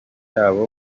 yabo